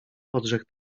odrzekł